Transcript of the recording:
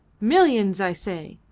millions i say!